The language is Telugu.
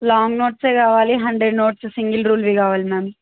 లాంగ్ నోట్స్ కావాలి హండ్రెడ్ నోట్స్ సింగల్ రూల్డ్ కావాలి మ్యామ్